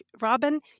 Robin